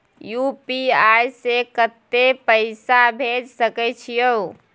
UPI से कत्ते पैसा भेज सके छियै?